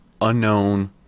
unknown